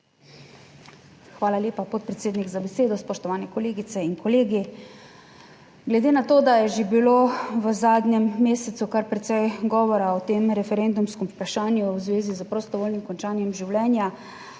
Hvala lepa, podpredsednik, za besedo. Spoštovani kolegice in kolegi! Glede na to, da je že bilo v zadnjem mesecu kar precej govora o tem referendumskem vprašanju v zvezi s prostovoljnim končanjem življenja,